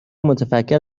متفکر